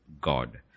God